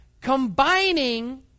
Combining